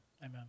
Amen